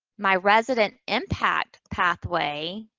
my resident impact pathway,